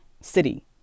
city